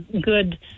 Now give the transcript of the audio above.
good